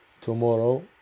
tomorrow